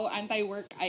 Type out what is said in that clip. anti-work